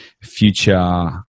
future